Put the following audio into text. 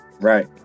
Right